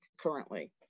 currently